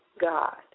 God